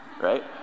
Right